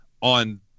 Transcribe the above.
on